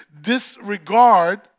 disregard